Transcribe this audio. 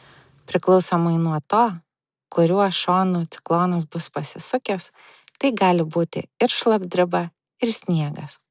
priklausomai nuo to kuriuo šonu ciklonas bus pasisukęs tai gali būti ir šlapdriba ir sniegas